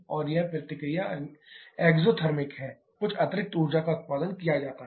और यह प्रतिक्रिया एग्जॉथर्मिक है कुछ अतिरिक्त ऊर्जा का उत्पादन किया जाता है